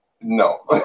No